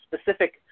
specific